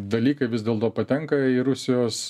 dalykai vis dėlto patenka į rusijos